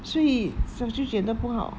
所以小舅觉得不好